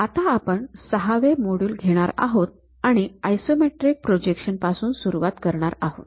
आता आपण ६ वे मॉड्युल घेणार आहोत आणि आयसोमेट्रिक प्रोजेक्शन्स पासून सुरुवात करणार आहोत